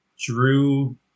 Drew